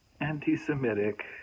anti-Semitic